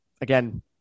again